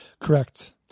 Correct